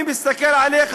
אני מסתכל עליך,